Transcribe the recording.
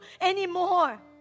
anymore